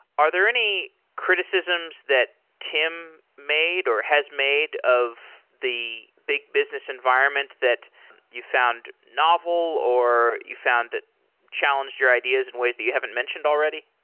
are there any criticisms that tim made or has made of the big business environment that you found novel or you found that challenged your ideas in ways that you haven't mentioned already?